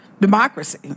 democracy